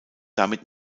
damit